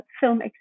film